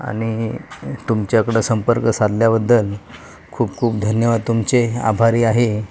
आणि तुमच्याकडं संपर्क साधल्याबद्दल खूप खूप धन्यवाद तुमचे आभारी आहे